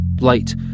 Light